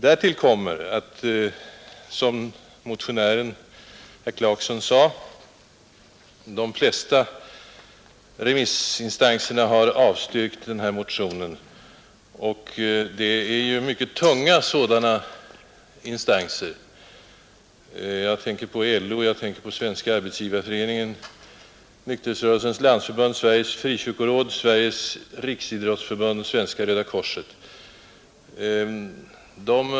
Därtill kommer att, som även motionären herr Clarkson själv konstaterade, de flesta remissinstanserna har avstyrkt motionen, och det är mycket tunga sådana instanser som har gjort det — jag tänker på LO, Svenska arbetsgivareföreningen, Nykterhetsrörelsens landsförbund, Sveriges frikyrkoråd, Sveriges riksidrottsförbund och Svenska röda korset.